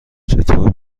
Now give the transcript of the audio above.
چطور